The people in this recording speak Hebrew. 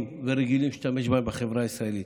ורגילים להשתמש בהן בחברה הישראלית.